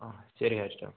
അതെ ശരി അയച്ചു തരാം